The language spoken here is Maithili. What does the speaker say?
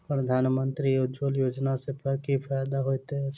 प्रधानमंत्री उज्जवला योजना सँ की फायदा होइत अछि?